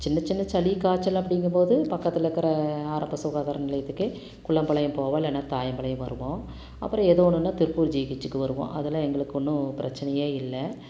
சின்ன சின்ன சளி காய்ச்சல் அப்படிங்கும் போது பக்கத்தில் இருக்கிற ஆரம்ப சுகாதார நிலையத்துக்கே குள்ளம்பாளையம் போவோம் இல்லைனா தாயம்பாளையம் வருவோம் அப்புறம் ஏதோ ஒன்றுனா திருப்பூர் ஜிஹெச்சுக்கு வருவோம் அதெல்லாம் எங்களுக்கு ஒன்றும் பிரச்சனையே இல்லை